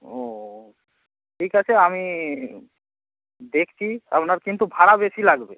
ও ঠিক আছে আমি দেখছি আপনার কিন্তু ভাড়া বেশি লাগবে